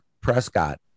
Prescott